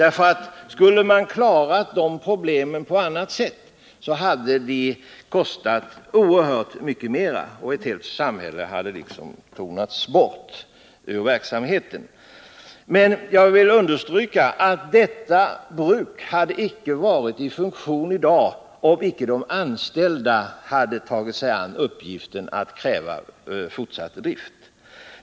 Skulle företaget ha klarat problemen på annat sätt, hade det kostat oerhört mycket mer och ett helt samhälle hade tonats bort ur verksamheten. Men jag vill understryka att detta bruk icke hade varit i funktion i dag, om icke de anställda hade tagit sig an uppgiften att kräva fortsatt drift.